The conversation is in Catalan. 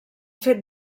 fet